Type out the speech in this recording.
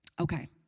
Okay